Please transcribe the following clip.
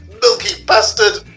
milky bastard!